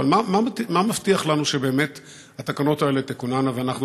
אבל מה מבטיח לנו שבאמת התקנות האלה תכוננה ואנחנו